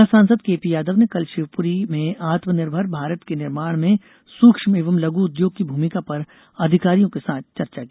गुना सांसद केपी यादव ने कल शिवपूरी में आत्मनिर्भर भारत के निर्माण में सूक्ष्म एवं लघ् उद्योग की भूमिका पर अधिकारियों के साथ चर्चा की